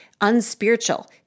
unspiritual